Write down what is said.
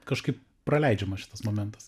kažkaip praleidžiama šitas momentas